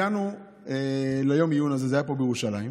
הגענו ליום העיון הזה, זה היה פה בירושלים,